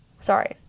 Sorry